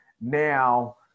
Now